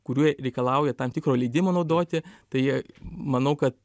kurie reikalauja tam tikro leidimo naudoti tai manau kad